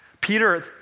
Peter